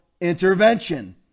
intervention